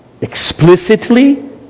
explicitly